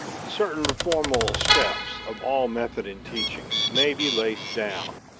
certain formal steps of all method in teaching may be laid down.